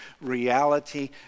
reality